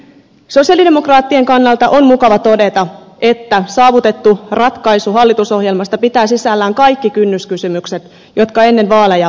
sosialidemokraattien kannalta on mukava todeta että saavutettu ratkaisu hallitusohjelmasta pitää sisällään kaikki kynnyskysymykset jotka ennen vaaleja asetimme